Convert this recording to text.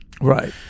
Right